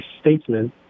statement